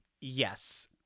Yes